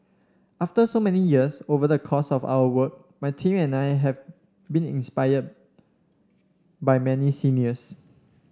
after so many years over the course of our work my team and I have been inspired by many seniors